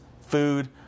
food